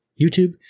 YouTube